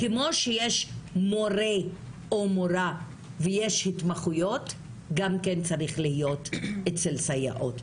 כמו שיש מורה או מורה ויש התמחויות גם כן צריך להיות אצל סייעות,